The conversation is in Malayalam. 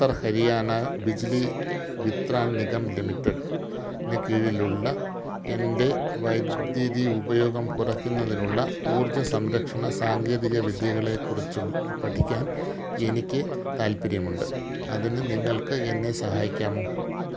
ഉത്തർ ഹരിയാന ബിജ്ലി വിത്രാൻ നിഗം ലിമിറ്റഡിനു കീഴിലുള്ള എൻ്റെ വൈദ്യുതി ഉപയോഗം കുറയ്ക്കുന്നതിനുള്ള ഊർജ്ജ സംരക്ഷണ സാങ്കേതിക വിദ്യകളെക്കുറിച്ചു പഠിക്കാൻ എനിക്ക് താൽപ്പര്യമുണ്ട് അതിന് നിങ്ങൾക്ക് എന്നെ സഹായിക്കാമോ